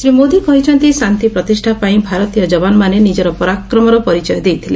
ଶ୍ରୀ ମୋଦି କହିଛନ୍ତି ଶାନ୍ତି ପ୍ରତିଷାପାଇଁ ଭାରତୀୟ ଯବାନମାନେ ନିଜର ପରାକ୍ରମର ପରିଚୟ ଦେଇଥିଲେ